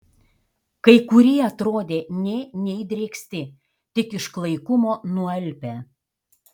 kai kurie atrodė nė neįdrėksti tik iš klaikumo nualpę